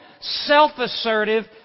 self-assertive